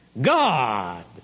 God